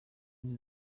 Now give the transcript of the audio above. inzu